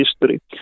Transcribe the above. history